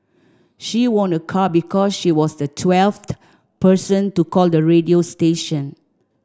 she won a car because she was the twelfth person to call the radio station